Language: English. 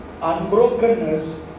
Unbrokenness